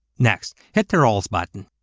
next, hit the roles button.